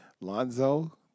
Lonzo